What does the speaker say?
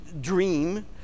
dream